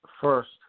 First